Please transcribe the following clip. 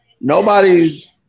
Nobody's